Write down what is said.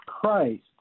Christ